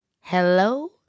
Hello